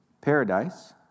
paradise